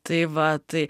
tai va tai